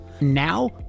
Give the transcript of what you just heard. Now